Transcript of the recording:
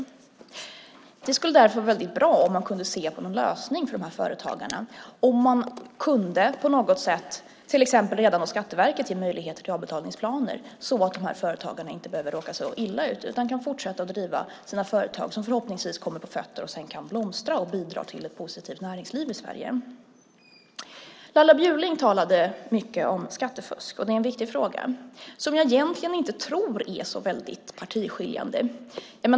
Det skulle därför vara bra om det gick att ta fram en lösning för företagarna, om till exempel Skatteverket kunde ge möjlighet till avbetalningsplaner så att företagarna inte behöver råka så illa ut utan kan fortsätta att driva sina företag, som förhoppningsvis kommer på fötter och sedan kan blomstra och bidra till ett positivt näringsliv i Sverige. Laila Bjurling talade mycket om skattefusk. Det är en viktig fråga som jag egentligen inte tror är så partiskiljande.